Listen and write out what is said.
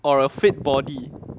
or a fit body